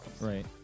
Right